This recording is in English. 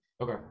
Okay